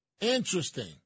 Interesting